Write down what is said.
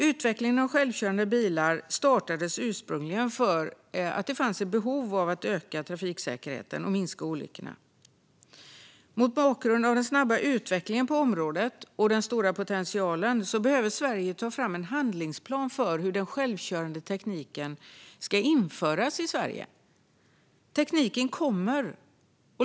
Utvecklingen av självkörande bilar kom igång för att det fanns ett behov av att öka trafiksäkerheten och minska olyckorna. Mot bakgrund av den snabba utvecklingen på området och den stora potentialen behöver Sverige ta fram en handlingsplan för hur den självkörande tekniken ska införas i Sverige. Tekniken kommer.